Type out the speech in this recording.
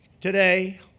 today